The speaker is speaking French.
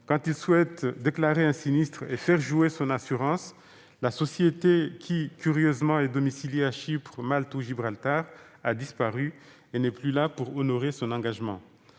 lorsqu'il souhaite déclarer un sinistre et faire jouer son assurance, la société, curieusement domiciliée à Chypre, Malte ou Gibraltar, a disparu et n'est plus là pour honorer son engagement.